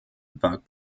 war